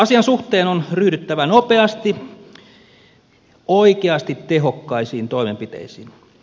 asian suhteen on ryhdyttävä nopeasti oikeasti tehokkaisiin toimenpiteisiin